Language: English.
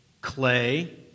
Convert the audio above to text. clay